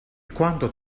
quando